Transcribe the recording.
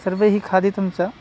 सर्वैः खादितं च